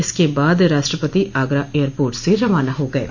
इसके बाद राष्ट्रपति आगरा एयरपोर्ट से रवाना हो गये